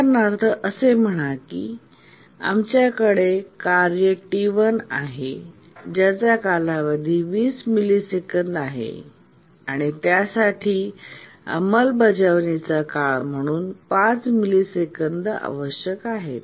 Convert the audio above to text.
उदाहरणार्थ असे म्हणा की आमच्याकडे कार्य T1 आहे ज्याचा कालावधी 20 मिलिसेकंद आहे आणि त्यासाठी अंमलबजावणीचा काळ म्हणून 5 मिलिसेकंद आवश्यक आहेत